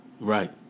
Right